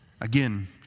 Again